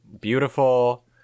beautiful